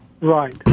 Right